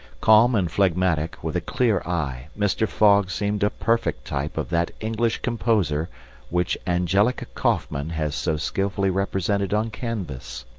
calm and phlegmatic, with a clear eye, mr. fogg seemed a perfect type of that english composure which angelica kauffmann has so skilfully represented on canvas.